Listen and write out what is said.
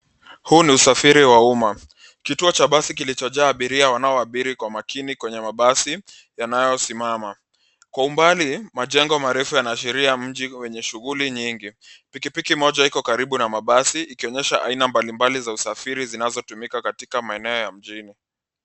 Huu ni usafiri wa umma kituo cha basi kilichojaa abiria wanaoabiri kwa makini kwenye mabasi yanayosimama, kwa umbali majengo marefu yanaashiria mji iko kwenye shughuli nyingi pikipiki moja iko karibu na mabasi ikionyesha aina mbalimbali za usafiri zinazotumika katika maeneo ya mjini.